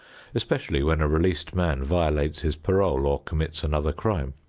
especially when a released man violates his parole or commits another crime.